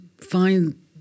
find